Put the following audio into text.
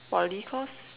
Poly course